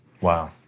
Wow